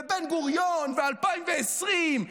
ובן-גוריון ו-2020,